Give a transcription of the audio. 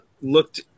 looked